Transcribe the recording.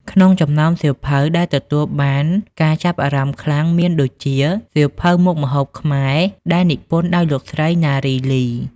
ក្នុងចំណោមសៀវភៅដែលទទួលបានការចាប់អារម្មណ៍ខ្លាំង មានដូចជា សៀវភៅមុខម្ហូបខ្មែរ ដែលនិពន្ធដោយលោកស្រី ណារី លី។